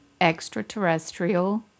extraterrestrial